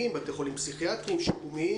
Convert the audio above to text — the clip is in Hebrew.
היום יום שני, השעה 09:00 בבוקר,